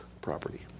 property